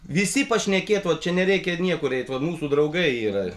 visi pašnekėt vat čia nereikia niekur eiti va mūsų draugai yra